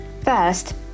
First